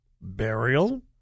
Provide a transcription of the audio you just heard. burial